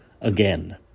again